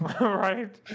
Right